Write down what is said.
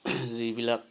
যিবিলাক